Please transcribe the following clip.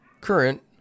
current